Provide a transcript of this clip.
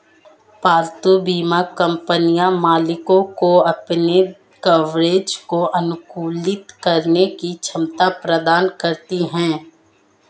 पालतू बीमा कंपनियां मालिकों को अपने कवरेज को अनुकूलित करने की क्षमता प्रदान करती हैं